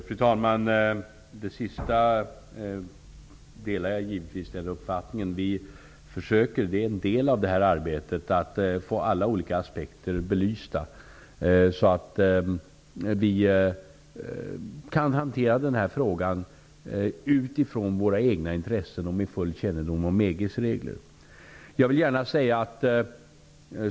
Fru talman! Jag delar givetvis Ylva Annerstedts uppfattning i fråga om det sistnämnda. Vi försöker att få alla olika aspekter belysta, så att vi kan hantera denna fråga utifrån våra egna intressen och med full kännedom om EG:s regler. Det är en del av arbetet.